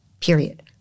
period